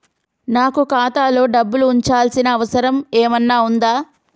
నాకు ఖాతాలో డబ్బులు ఉంచాల్సిన అవసరం ఏమన్నా ఉందా?